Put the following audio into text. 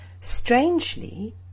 Strangely